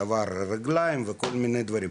שבר רגליים וכל מיני דברים,